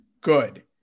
good